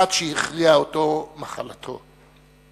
עד שהכריעה אותו מחלתו.